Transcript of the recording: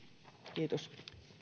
kiitos